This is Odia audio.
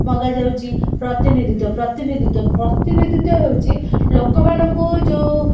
ମଗାଯାଉଛି ପ୍ରତିନିଧିତ୍ୱ ପ୍ରତିନିଧିତ୍ୱ ପ୍ରତିନିଧିତ୍ୱ ହେଉଛି ଲୋକମାନଙ୍କୁ ଯେଉଁ